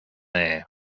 there